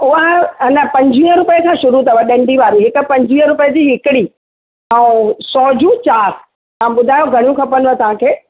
उहा अने पंजवीह रुपए जो शुरू अथव डंडी वारी जेका पंजवीह रुपए जी हिकिड़ी ऐं सौ जूं चारि तव्हां ॿुधायो घणियूं खपंदव तव्हांखे